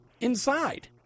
inside